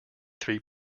three